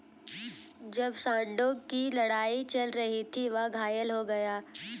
जब सांडों की लड़ाई चल रही थी, वह घायल हो गया